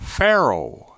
Pharaoh